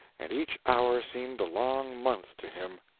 and each hour seemed a long month to him.